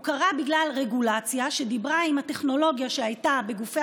הוא קרה בגלל רגולציה שדיברה עם הטכנולוגיה שהייתה בגופי